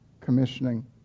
commissioning